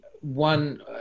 one